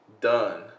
done